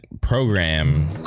Program